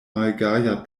malgaja